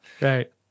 Right